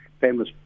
famous